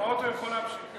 עם המחמאות הוא יכול להמשיך.